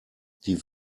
die